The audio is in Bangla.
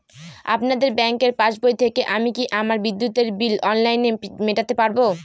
আপনাদের ব্যঙ্কের পাসবই থেকে আমি কি আমার বিদ্যুতের বিল অনলাইনে মেটাতে পারবো?